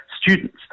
students